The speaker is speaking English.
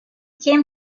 came